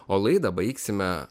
o laidą baigsime